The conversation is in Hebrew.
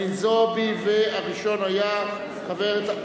חנין זועבי, והראשון היה, הכול בסדר.